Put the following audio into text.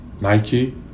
nike